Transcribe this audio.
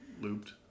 looped